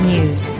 News